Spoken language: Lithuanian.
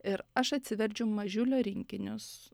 ir aš atsiverčiu mažiulio rinkinius